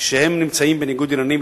כשהם נמצאים בניגוד עניינים,